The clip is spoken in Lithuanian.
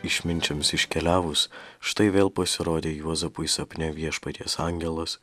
išminčiams iškeliavus štai vėl pasirodė juozapui sapne viešpaties angelas